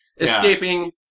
escaping